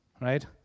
right